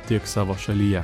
tiek savo šalyje